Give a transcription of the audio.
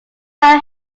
are